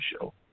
show